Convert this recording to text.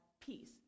peace